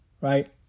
right